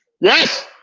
Yes